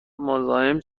مزاحم